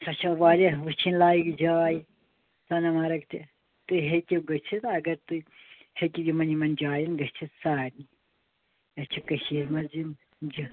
سۄ چھِ واریاہ وُچھِنۍ لایِق جاے سۄنہٕ مرگ تہِ تُہۍ ہیٚکِو گٔژِتھ اگر تُہۍ ہیٚکِو یِمَن یِمَن جایَن گٔژِتھ سارنٕے اسہِ چھِ کٔشیٖرِ منٛز یِم